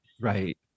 Right